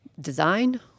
Design